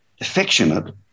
affectionate